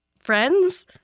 friends